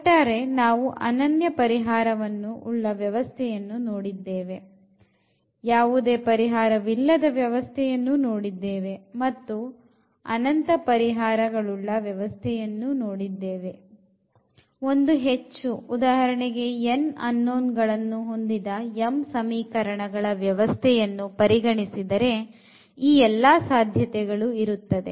ಒಟ್ಟಾರೆ ನಾವು ಅನನ್ಯ ಪರಿಹಾರವನ್ನುಉಳ್ಳ ವ್ಯವಸ್ಥೆಯನ್ನು ನೋಡಿದ್ದೇವೆ ಯಾವುದೇ ಪರಿಹಾರವಿಲ್ಲದ ವ್ಯವಸ್ಥೆಯನ್ನು ನೋಡಿದ್ದೇವೆ ಮತ್ತು ಅನಂತ ಪರಿಹಾರಗಳನ್ನು ಉಳ್ಳ ವ್ಯವಸ್ಥೆಯನ್ನು ನೋಡಿದ್ದೇವೆ ಒಂದು ಹೆಚ್ಚು ಉದಾಹರಣೆಗೆ n unknown ಗಳನ್ನು ಹೊಂದಿದ m ಸಮೀಕರಣ ಗಳ ವ್ಯವಸ್ಥೆಯನ್ನು ಪರಿಗಣಿಸಿದರೆ ಈ ಎಲ್ಲಾ ಸಾಧ್ಯತೆಗಳು ಇರುತ್ತದೆ